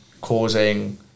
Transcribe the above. causing